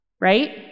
right